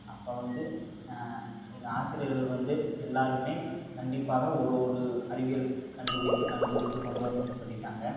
அப்போ வந்து எங்கள் ஆசிரியர்கள் வந்து எல்லாருமே கண்டிப்பாக ஒரு ஒரு அறிவியல் கண்டுபிடிப்பு கண்டுபுடித்து கொண்டு வரணும்னு சொல்லிட்டாங்க